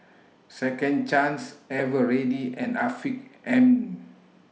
Second Chance Eveready and Afiq M